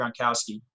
Gronkowski